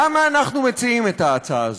למה אנחנו מציעים את ההצעה הזאת?